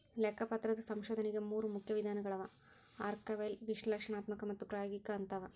ಲೆಕ್ಕಪತ್ರದ ಸಂಶೋಧನೆಗ ಮೂರು ಮುಖ್ಯ ವಿಧಾನಗಳವ ಆರ್ಕೈವಲ್ ವಿಶ್ಲೇಷಣಾತ್ಮಕ ಮತ್ತು ಪ್ರಾಯೋಗಿಕ ಅಂತವ